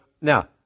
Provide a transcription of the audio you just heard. now